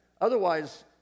Otherwise